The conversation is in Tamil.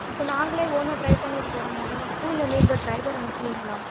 இப்போ நாங்களே ஓனாக டிரைவ் பண்ணிட்டு போகிற மாதிரி தானே இருக்கும் இல்லை நீங்கள் டிரைவர் அனுப்புவீங்களா